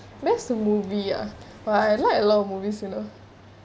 best the movie ah but I like a lot of movies you know